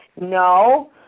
no